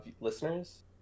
listeners